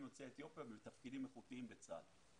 יוצאי אתיופיה בתפקידים איכותיים בצה"ל.